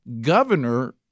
governor